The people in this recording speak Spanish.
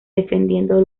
defendiendo